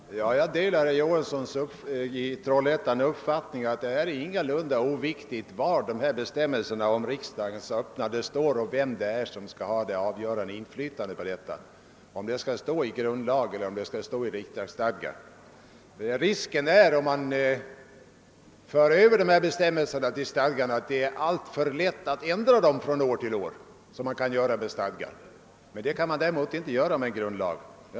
Herr talman! Jag delar den uppfattning herr Johansson i Trollhättan gett uttryck åt, att det ingalunda är oviktigt, om bestämmelserna om riksdagens öppnande och vem som skall ha avgörandet därvidlag står i grundlagen eller i riksdagsstadgan. Risken om man Överför bestämmelserna till stadgan är att det blir alltför lätt att ändra dem från år till år, men det kan man inte göra om de står i grundlagen.